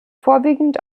vorwiegend